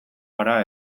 gara